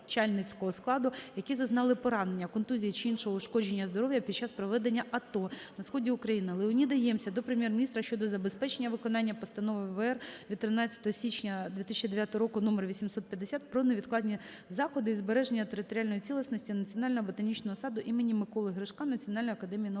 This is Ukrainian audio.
які зазнали поранення, контузії чи іншого ушкодження здоров'я під час проведення АТО на сході України". Леоніда Ємця до Прем'єр-міністра щодо забезпечення виконання постанови ВР від 13 січня 2009 року № 850 "Про невідкладні заходи зі збереження територіальної цілісності Національного ботанічного саду імені Миколи Гришка Національної академії наук